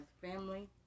family